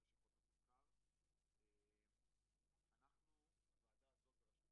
והצעת צו שמאפשר לדחות את ההעברה היות ואנחנו עוד לא